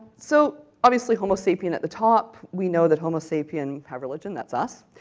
so, obviously homo sapiens at the top. we know that homo sapiens have religion, that's us.